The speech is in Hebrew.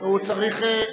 נא להצביע,